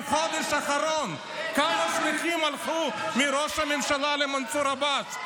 בחודש האחרון כמה שליחים הלכו מראש הממשלה למנסור עבאס.